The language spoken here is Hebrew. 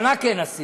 אבל מה כן עשינו?